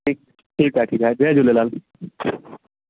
ठीकु ठीकु आहे ठीकु आहे जय झूलेलाल